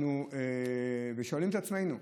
אנחנו שואלים את עצמנו: